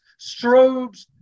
strobes